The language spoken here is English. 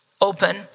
open